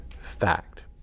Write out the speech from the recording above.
fact